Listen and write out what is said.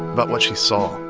about what she saw,